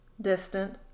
distant